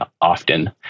often